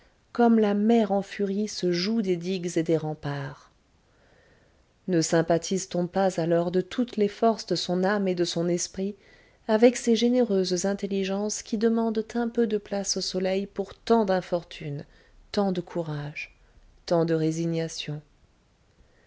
comme la mer en furie se joue des digues et des remparts ne sympathise t on pas alors de toutes les forces de son âme et de son esprit avec ces généreuses intelligences qui demandent un peu de place au soleil pour tant d'infortune tant de courage tant de résignation